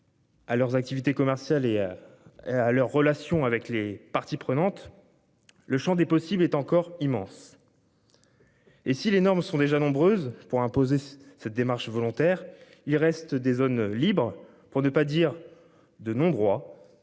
À leurs activités commerciales et. À leurs relations avec les parties prenantes. Le Champ des possibles est encore immense. Et si les normes sont déjà nombreuses pour imposer cette démarche volontaire, il reste des zones libres, pour ne pas dire de non-droit.